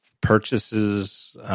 purchases